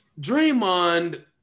Draymond